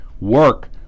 work